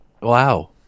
Wow